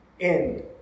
End